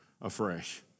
afresh